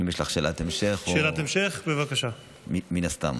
אם יש לך שאלת המשך, מן הסתם.